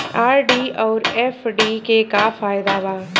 RD आउर FD के का फायदा बा?